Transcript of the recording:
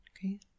Okay